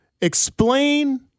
explain